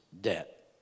debt